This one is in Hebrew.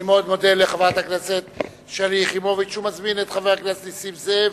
אני מאוד מודה לחברת הכנסת שלי יחימוביץ ומזמין את חבר הכנסת נסים זאב,